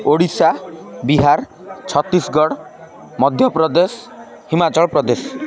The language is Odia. ଓଡ଼ିଶା ବିହାର ଛତିଶଗଡ଼ ମଧ୍ୟପ୍ରଦେଶ ହିମାଚଳ ପ୍ରଦେଶ